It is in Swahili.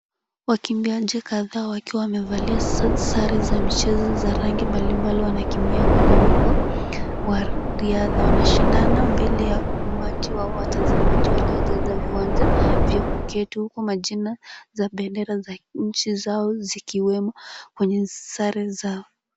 Wakimbiaji kadhaa wakiwa wamevalia sare za michezo za rangi mbalimbali wanakimbia kwenye wimbo wa riadha. Wanashindana mbele ya umati wa watazamaji waliojaza viwanja vya kuketi huku majina za bendera za nchi zao zikiwemo kwenye sare zao.